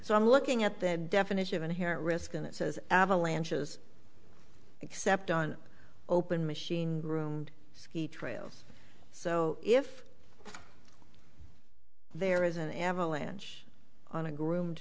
so i'm looking at the definition of inherent risk in it says avalanches except on open machine groomed ski trails so if there is an avalanche on a groomed